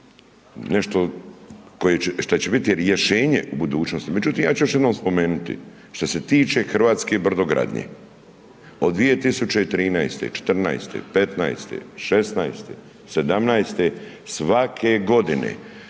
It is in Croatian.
nešto šta će biti rješenje u budućnosti. Međutim, ja ću još jednom spomenuti, što se tiče hrvatske brodogradnje, od 2013., 2014., 2015,. 2016,. 2017., svake godine